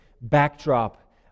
backdrop